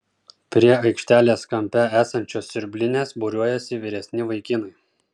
prie aikštelės kampe esančios siurblinės būriuojasi vyresni vaikinai